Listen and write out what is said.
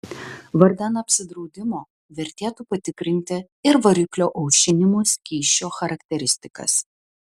vardan apsidraudimo vertėtų patikrinti ir variklio aušinimo skysčio charakteristikas